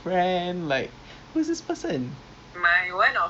I I'm wondering uh honestly curious